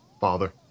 Father